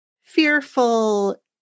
fearful